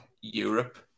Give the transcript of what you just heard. Europe